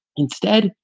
instead,